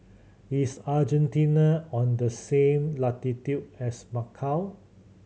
is Argentina on the same latitude as Macau